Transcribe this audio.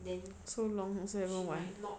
so long also haven't 完